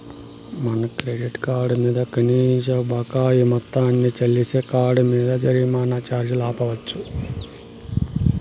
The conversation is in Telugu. మన క్రెడిట్ కార్డు మింద కనీస బకాయి మొత్తాన్ని చెల్లిస్తే కార్డ్ మింద జరిమానా ఛార్జీ ఆపచ్చు